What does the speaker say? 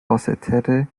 basseterre